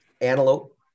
Antelope